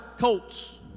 colts